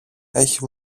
έχει